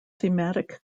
thematic